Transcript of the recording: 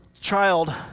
child